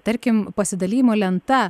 tarkim pasidalijimo lenta